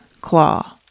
Claw